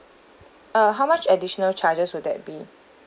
uh how much additional charges would that be